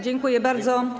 Dziękuję bardzo.